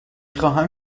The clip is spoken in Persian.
خواهم